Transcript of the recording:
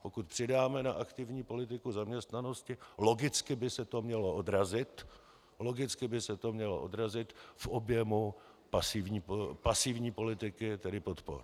Pokud přidáme na aktivní politiku zaměstnanosti, logicky by se to mělo odrazit, logicky by se to mělo odrazit, v objemu pasivní politiky, tedy podpor.